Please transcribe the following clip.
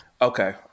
okay